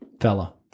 Fella